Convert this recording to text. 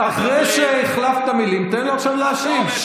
אחרי שהחלפת מילים, תן לו עכשיו להשיב.